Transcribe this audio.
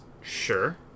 Sure